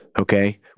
Okay